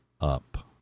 up